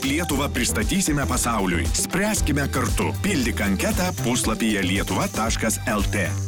kaip lietuvą pristatysime pasauliui spręskime kartu pildyk anketą puslapyje lietuva taškas lt